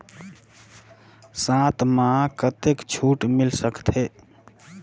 साथ म कतेक छूट मिल सकथे?